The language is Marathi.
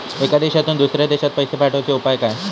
एका देशातून दुसऱ्या देशात पैसे पाठवचे उपाय काय?